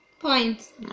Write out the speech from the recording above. Points